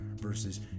versus